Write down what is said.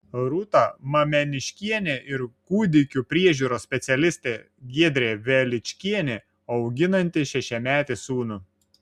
rūta mameniškienė ir kūdikių priežiūros specialistė giedrė veličkienė auginanti šešiametį sūnų